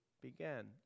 began